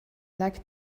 like